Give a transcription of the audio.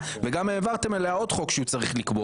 וגם העברתם אליה עוד חוק שהוא צריך לקבור,